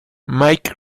mike